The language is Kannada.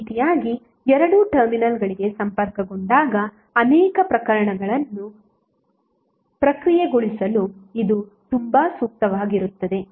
ಈ ರೀತಿಯಾಗಿ ಎರಡು ಟರ್ಮಿನಲ್ಗಳಿಗೆ ಸಂಪರ್ಕಗೊಂಡಾಗ ಅನೇಕ ಪ್ರಕರಣಗಳನ್ನು ಪ್ರಕ್ರಿಯೆಗೊಳಿಸಲು ಇದು ತುಂಬಾ ಸೂಕ್ತವಾಗಿರುತ್ತದೆ